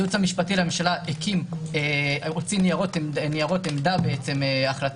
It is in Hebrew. הייעוץ המשפטי לממשלה הוציא ניירות עמדה והחלטות